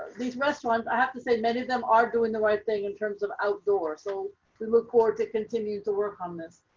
these restaurants, i have to say. many of them are doing the right thing in terms of outdoor. so we look forward to continue to work on this.